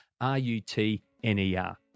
R-U-T-N-E-R